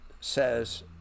says